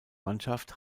mannschaft